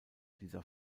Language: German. dieser